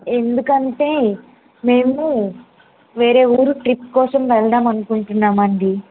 ఎందుకంటే మేము వేరే ఊరు ట్రిప్ కోసం వెళ్దాం అనుకుంటున్నాం అండి